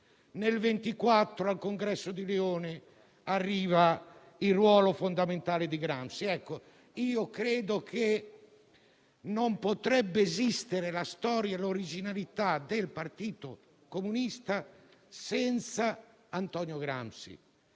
nel 1926, al congresso di Lione, che arriva il ruolo fondamentale di Gramsci. Io credo che non potrebbe esistere la storia e l'originalità del Partito Comunista Italiano senza Antonio Gramsci